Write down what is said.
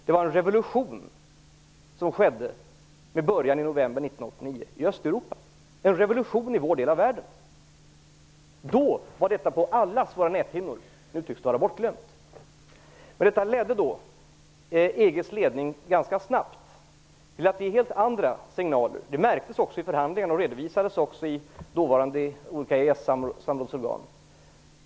Det var en revolution som skedde i Östeuropa, med början i november 1989 - en revolution i vår del av världen. Då var detta på allas våra näthinnor. Nu tycks det vara bortglömt. Detta ledde då i EG:s ledning ganska snabbt till helt andra signaler. Det märktes också i förhandlingarna, och det redovisades i dåvarande olika EES-samrådsorgan.